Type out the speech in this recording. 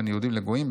בין יהודים לגויים,